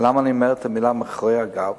למה אני אומר את המלים "מאחורי הגב"?